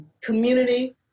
community